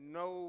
no